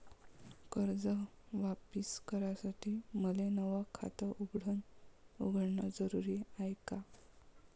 कर्ज वापिस करासाठी मले नव खात उघडन जरुरी हाय का?